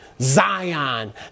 Zion